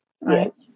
right